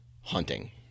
hunting